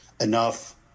enough